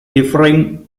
differing